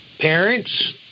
parents